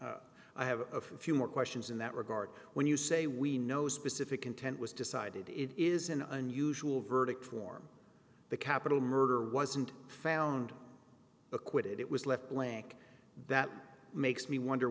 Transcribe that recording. i have a few more questions in that regard when you say we know specific intent was decided it is an unusual verdict form the capital murder wasn't found acquitted it was left blank that makes me wonder